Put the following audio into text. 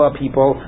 people